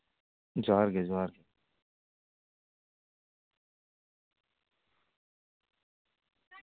ᱡᱚᱦᱟᱨ ᱜᱮ ᱡᱚᱦᱟᱨ ᱜᱮ